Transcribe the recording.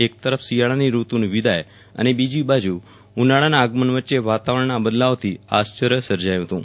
એક તરફ શિયાળાની ઋતુની વિદાય અને બીજી બાજૂ ઉનાળાના આગમન વચ્ચે વાતાવરણના આ બદલાવથી આશ્વર્ય સર્જાયું હતું